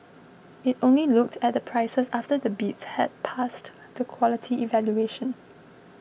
it only looked at the prices after the bids had passed the quality evaluation